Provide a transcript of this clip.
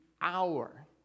hour